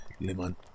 lemon